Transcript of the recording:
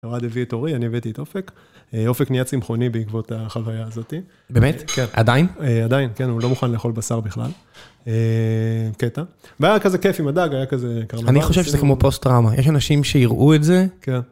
ארד הביא את אורי, אני הבאתי את אופק. אופק נהייה צמחוני בעקבות החוויה הזאת. באמת? כן. עדיין? עדיין, כן, הוא לא מוכן לאכול בשר בכלל. קטע. והיה כזה כיף עם הדג, היה כזה קרנבל. אני חושב שזה כמו פוסט טראומה, יש אנשים שיראו את זה. כן.